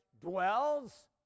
dwells